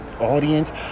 audience